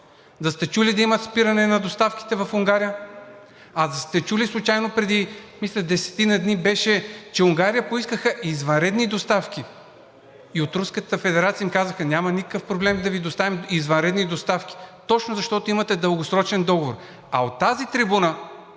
Да сте чули да имат спиране на доставките в Унгария? А да сте чули случайно преди, мисля, десетина дни беше, че Унгария поискаха извънредни доставки и от Руската федерация им казаха: „Няма никакъв проблем да Ви доставим извънредни доставки точно защото имате дългосрочен договор.“ А от тази трибуна,